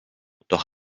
doch